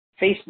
Facebook